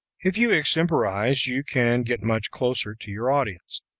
if you extemporize you can get much closer to your audience.